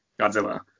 Godzilla